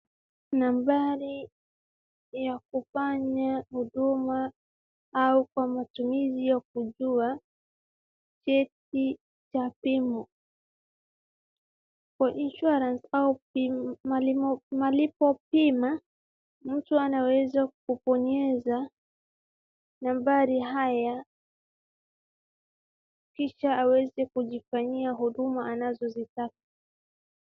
Nambari ya kufanya huduma au kwa matumizi ya kujua cheti cha simu. Kwa insurance au malipo bima mtu anaweza kubonyesha nambari hii kisha aweze kujifanyia huduma anazozitaka.